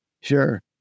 Sure